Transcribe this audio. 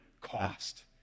cost